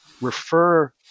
refer